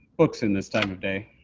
books in this type of day.